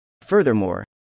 Furthermore